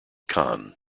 khan